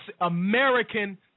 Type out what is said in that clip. American